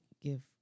give